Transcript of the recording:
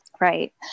right